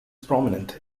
prominent